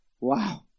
Wow